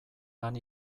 han